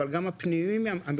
אבל גם הפנימיים מהם,